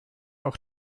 auch